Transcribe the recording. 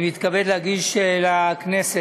אני מתכבד להגיש לכנסת